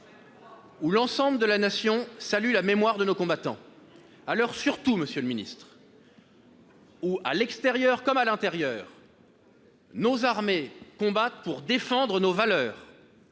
où l'ensemble de la Nation salue la mémoire de nos combattants, à l'heure, surtout, où, à l'extérieur comme à l'intérieur, nos armées combattent pour défendre nos valeurs,